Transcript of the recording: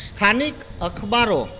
સ્થાનિક અખબારો